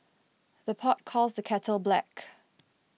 the pot calls the kettle black